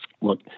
look